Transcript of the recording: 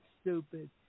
stupid